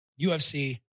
UFC